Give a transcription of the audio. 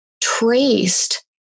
traced